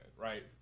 right